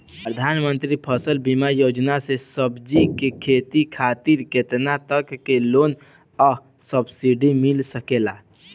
प्रधानमंत्री फसल बीमा योजना से सब्जी के खेती खातिर केतना तक के लोन आ सब्सिडी मिल सकेला?